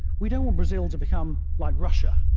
we don't want brazil to become like russia.